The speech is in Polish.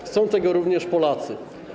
Chcą tego również Polacy.